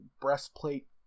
breastplate